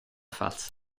falsa